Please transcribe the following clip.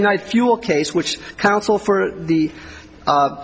united fuel case which counsel for the